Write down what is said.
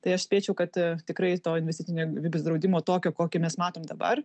tai aš spėčiau kad tikrai to investicinio gyvybės draudimo tokio kokį mes matom dabar